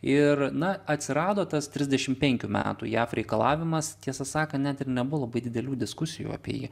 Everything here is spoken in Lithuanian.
ir na atsirado tas trisdešimt penkių metų jav reikalavimas tiesą sakant net ir nebuvo labai didelių diskusijų apie jį